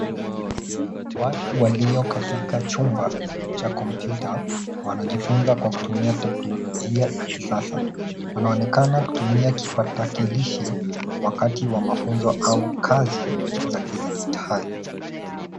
Watu walio katika chumba cha kompyuta wanajifunza kwa kutumia teknolojia ya kisasa. Wanaonekana kutumia kipakatalishi wakati wa mafunzo au kazi za kidijitali.